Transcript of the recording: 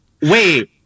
Wait